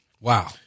Wow